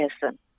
person